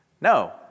No